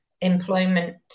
employment